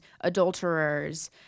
adulterers